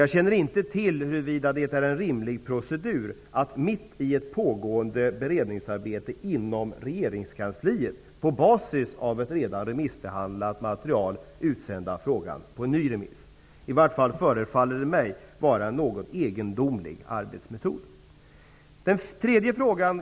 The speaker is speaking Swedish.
Jag känner inte till huruvida det är en rimlig procedur att mitt i ett pågående beredningsarbete inom regeringskansliet, på basis av ett redan remissbehandlat material, utsända frågan på ny remiss. I vart fall förefaller det mig vara en något egendomlig arbetsmetod.